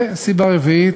וסיבה רביעית,